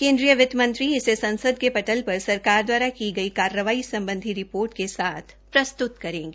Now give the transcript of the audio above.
केन्द्रीय वित्तमंत्री इसे संसद के पटल पर सरकार द्वारा की गई कार्रवाई सम्बधी रिपोर्ट के साथ प्रस्तुत करेगी